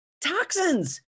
toxins